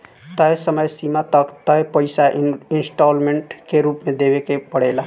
तय समय सीमा तक तय पइसा इंस्टॉलमेंट के रूप में देवे के पड़ेला